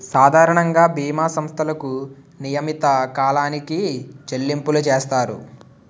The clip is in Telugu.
సాధారణంగా బీమా సంస్థలకు నియమిత కాలానికి చెల్లింపులు చేస్తారు